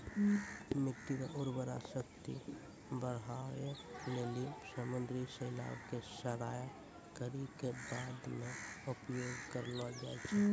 मिट्टी रो उर्वरा शक्ति बढ़ाए लेली समुन्द्री शैलाव के सड़ाय करी के खाद मे उपयोग करलो जाय छै